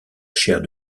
chaire